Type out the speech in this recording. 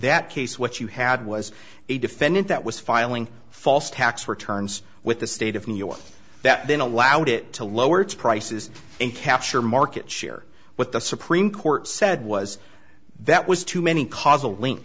that case what you had was a defendant that was filing false tax returns with the state of new york that then allowed it to lower its prices and capture market share what the supreme court said was that was too many cars a link